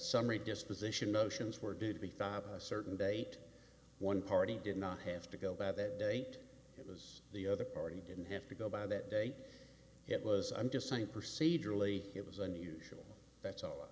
summary disposition motions were due to be a certain date one party did not have to go by that date was the other party didn't have to go by that date it was i'm just saying proceed really it was unusual that's all